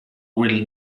will